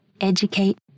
Educate